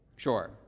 Sure